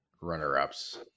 runner-ups